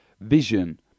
vision